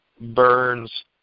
burns